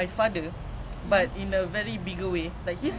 that's